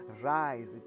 rise